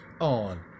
on